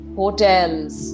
hotels